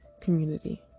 community